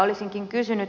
olisinkin kysynyt